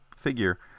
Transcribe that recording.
figure